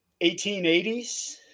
1880s